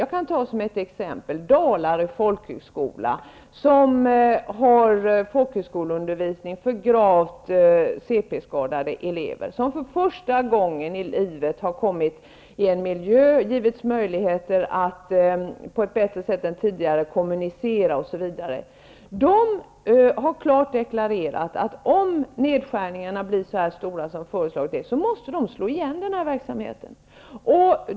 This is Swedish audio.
Jag kan ta som exempel Dalarö folkhögskola som har folkhögskoleundervisning för gravt cp-skadade elever, vilka för första gången i livet har kommit in i en miljö, har givits möjligheter att på ett bättre sätt än tidigare kommunicera osv. Därifrån har man klart deklarerat att om nedskärningarna blir så stora som föreslagits måste man slå igen den här verksamheten.